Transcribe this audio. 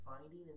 finding